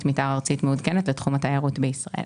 מתאר ארצית מעודכנת לתחום התיירות בישראל.